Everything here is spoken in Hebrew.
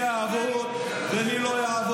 אנחנו קובעים מי יעבוד ומי לא יעבוד.